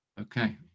Okay